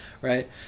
right